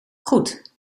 goed